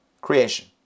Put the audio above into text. creation